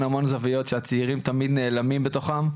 זוויות שהצעירים תמיד נעלמים בתוכן,